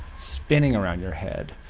spinning around your head,